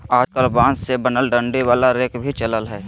आजकल बांस से बनल डंडी वाला रेक भी चलल हय